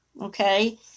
okay